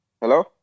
Hello